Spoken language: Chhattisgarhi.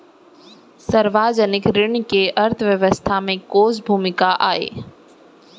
सार्वजनिक ऋण के अर्थव्यवस्था में कोस भूमिका आय?